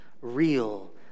real